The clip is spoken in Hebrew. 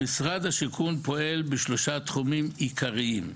המשרד לשיכון פועל בשלושה תחומים עיקריים.